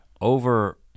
over